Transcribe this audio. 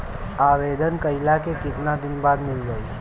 आवेदन कइला के कितना दिन बाद मिल जाई?